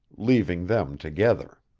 leaving them together.